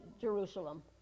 Jerusalem